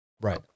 Right